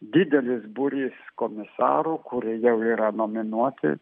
didelis būrys komisarų kurie jau yra nominuoti